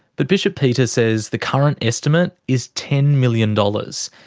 but bishop peter says the current estimate is ten million dollars.